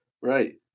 Right